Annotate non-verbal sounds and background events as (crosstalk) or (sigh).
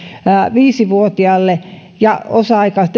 viisi vuotiaille ja osa aikaisen (unintelligible)